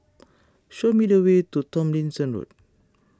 show me the way to Tomlinson Road